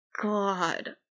God